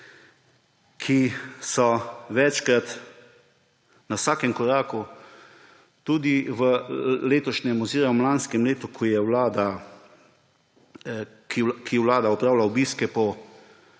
ki so večkrat, na vsakem koraku, tudi v letošnjem oziroma lanskem letu, ko vlada opravlja obiske po